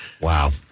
Wow